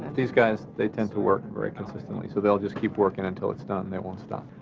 these guys they tend to work very consistently, so they'll just keep working until it's done and they won't stop.